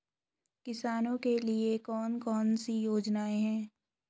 किसानों के लिए कौन कौन सी योजनाएं हैं?